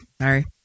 sorry